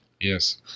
Yes